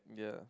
yeah